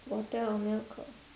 water or milk or